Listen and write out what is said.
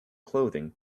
clothing